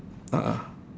a'ah